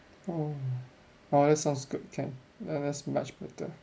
oh !wow! that sounds good can then that's much better